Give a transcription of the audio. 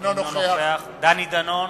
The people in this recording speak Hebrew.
אינו נוכח זאב בילסקי,